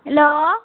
hello